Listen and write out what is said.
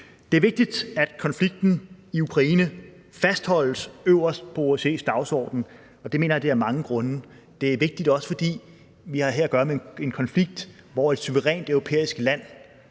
Det er vigtigt, at konflikten i Ukraine fastholdes øverst på OSCE's dagsorden, og det mener jeg af mange grunde. Det er vigtigt, også fordi vi her har at gøre med en konflikt, hvor et suverænt europæisk land